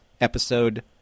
episode